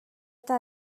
eta